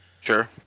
Sure